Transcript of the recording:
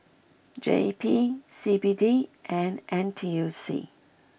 J P C B D and N T U C